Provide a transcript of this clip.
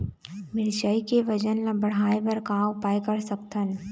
मिरचई के वजन ला बढ़ाएं बर का उपाय कर सकथन?